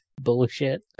bullshit